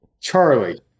Charlie